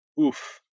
oof